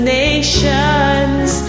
nations